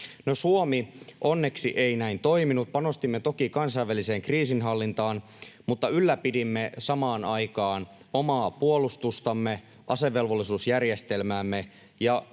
Suomi ei onneksi näin toiminut. Panostimme toki kansainväliseen kriisinhallintaan, mutta ylläpidimme samaan aikaan omaa puolustustamme, asevelvollisuusjärjestelmäämme, ja